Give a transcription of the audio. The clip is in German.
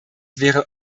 wäre